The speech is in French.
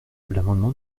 l’amendement